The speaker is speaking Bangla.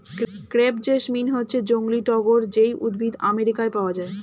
ক্রেপ জেসমিন হচ্ছে জংলী টগর যেই উদ্ভিদ আমেরিকায় পাওয়া যায়